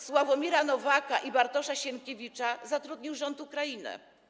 Sławomira Nowaka i Bartłomieja Sienkiewicza zatrudnił rząd Ukrainy.